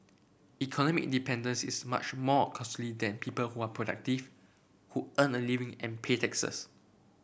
economic dependence is much more costly than people who are productive who earn a living and pay taxes